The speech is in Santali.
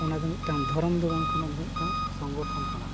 ᱚᱱᱟ ᱫᱚ ᱢᱤᱫᱴᱟᱝ ᱫᱷᱚᱨᱚᱢ ᱫᱚ ᱵᱟᱝ ᱠᱟᱱᱟ ᱚᱱᱟ ᱫᱚ ᱢᱤᱫᱴᱟᱝ ᱥᱚᱝᱜᱚᱴᱷᱚᱱ ᱠᱟᱱᱟ